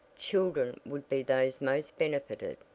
children would be those most benefited,